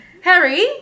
Harry